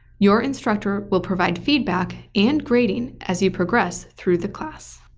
your instructor will provide feedback and grading as you progress through the class.